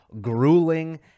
grueling